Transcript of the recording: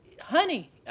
Honey